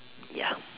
ya